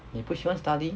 你不喜欢 study